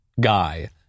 guy